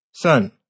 Son